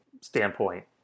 standpoint